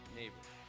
neighbors